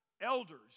elders